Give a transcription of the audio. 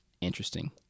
interesting